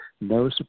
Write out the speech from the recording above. no